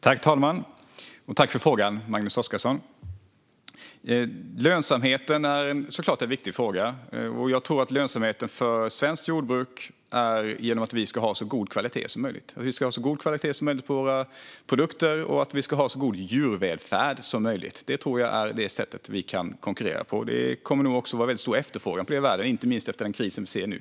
Herr talman! Tack för frågan, Magnus Oscarsson! Lönsamheten är såklart viktig. Jag tror att det är viktigt för lönsamheten i svenskt jordbruk att vi har så god kvalitet som möjligt på våra produkter och så god djurvälfärd som möjligt. Det är på det sättet vi kan konkurrera. Det kommer nog också att vara stor efterfrågan på det i världen, inte minst efter den kris vi ser nu.